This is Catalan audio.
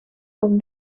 com